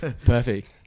Perfect